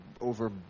over